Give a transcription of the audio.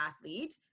athlete